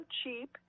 cheap